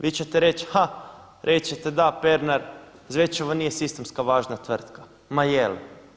Vi ćete reći, ha, reći ćete da, Pernar, Zvečevo nije sistemska važna tvrtka, ma je li.